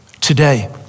today